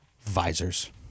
Visors